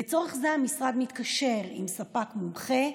לצורך זה המשרד מתקשר עם ספק מומחה,